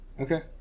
Okay